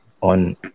on